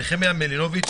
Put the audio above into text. נחמיה מלינוביץ',